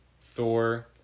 Thor